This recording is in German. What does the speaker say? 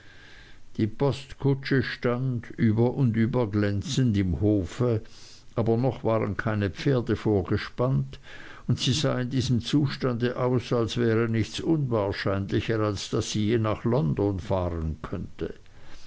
die postkutsche stand über und über glänzend im hofe aber noch waren keine pferde vorgespannt und sie sah in diesem zustande aus als wäre nichts unwahrscheinlicher als daß sie je nach london fahren könnte